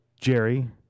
Jerry